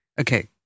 Okay